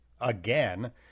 again